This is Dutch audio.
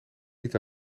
niet